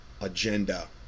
agenda